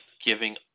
giving